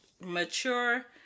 Mature